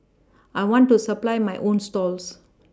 I want to supply my own stalls